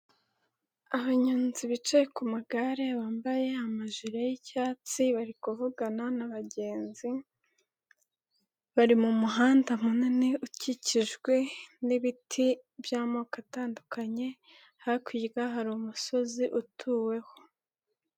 Abanyozi bicaye ku magare, bambaye amajire y'icyatsi bari kuvugana n'abagenzi, bari mu muhanda munini ukikijwe n'ibiti by'amoko atandukanye, hakurya hari umusozi utuweho.